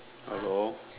hello